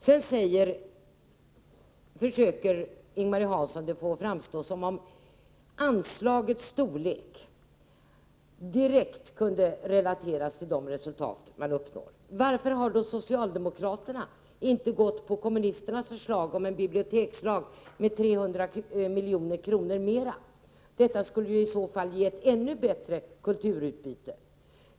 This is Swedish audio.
Ing-Marie Hansson försökte sedan få det att framstå som om de resultat man uppnår direkt kunde relateras till anslagets storlek. Varför har då socialdemokraterna inte gått med på kommunisternas förslag om en bibliotekslag och 3 milj.kr. mera? Detta skulle i så fall ge ett ännu bättre kulturutbud.